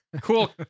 Cool